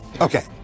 okay